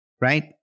right